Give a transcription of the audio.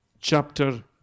chapter